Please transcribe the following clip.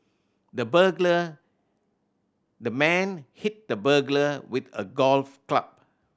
the the man hit the burglar with a golf club